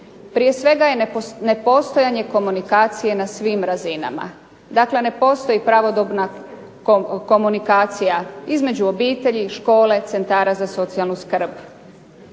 prije svega je nepostojanje komunikacije na svim razinama. Dakle, ne postoji pravodobna komunikacija između obitelji, škole, centara za socijalnu skrb.